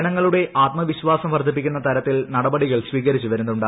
ജനങ്ങളുടെ ആത്മവിശ്വാസം വർദ്ധിപ്പിക്കുന്ന തരത്തിൽ നടപടികൾ സ്വീകരിച്ചു വരുന്നുണ്ട്